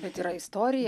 bet yra istorija